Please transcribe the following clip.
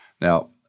Now